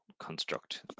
construct